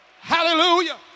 Hallelujah